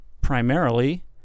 primarily